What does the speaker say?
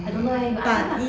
I don't know eh you ask him lah